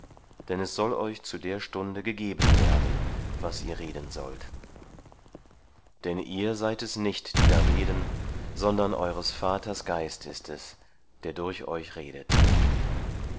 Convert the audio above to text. denn es soll euch zu der stunde gegeben werden was ihr reden sollt denn ihr seid es nicht die da reden sondern eures vaters geist ist es der durch euch redet